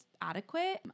adequate